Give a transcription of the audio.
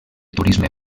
turisme